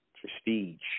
prestige